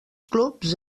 clubs